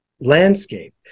landscape